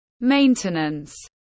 maintenance